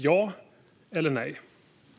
Ja eller nej?